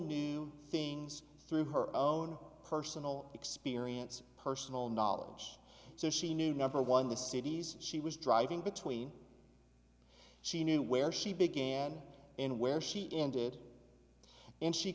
knew things through her own personal experience personal knowledge so she knew number one the cities she was driving between she knew where she began and where she ended and she